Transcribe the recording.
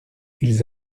ils